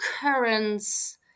currents